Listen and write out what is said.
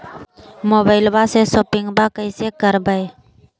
मोबाइलबा से शोपिंग्बा कैसे करबै?